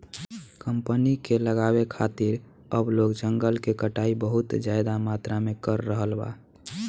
company के लगावे खातिर अब लोग जंगल के कटाई बहुत ज्यादा मात्रा में कर रहल बा